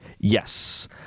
Yes